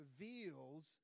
reveals